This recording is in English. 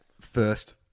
first